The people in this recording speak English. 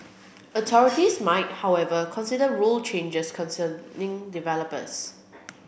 authorities might however consider rule changes concerning developers